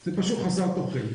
זה פשוט חסר תוחלת.